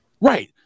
Right